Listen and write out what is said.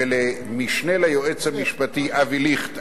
ולמשנה ליועץ המשפטי אבי ליכט,